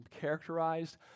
characterized